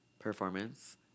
performance